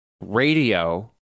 Radio